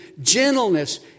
gentleness